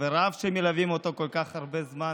חבריו שמלווים אותו כל כך הרבה זמן,